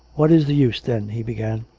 what is the use, then he began.